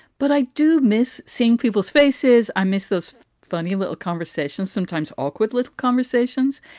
but i do miss seeing people's faces. i miss those funny little conversations, sometimes awkward little conversations.